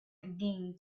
again